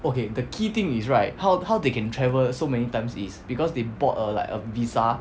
okay the key thing is right how how they can travel so many times is because they bought err like a visa